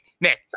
Nick